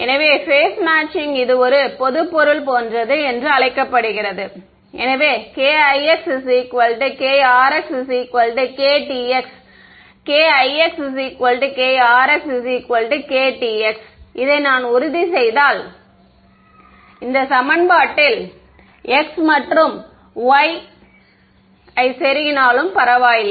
எனவே phase matching இது ஒரு பொதுப்பொருள் போன்றது என்று அழைக்கப்படுகிறது எனவே kixkrxktx இதை நான் உறுதிசெய்தால் இந்த சமன்பாட்டில் x மற்றும் y செருகினாலும் பரவாயில்லை